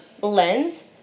lens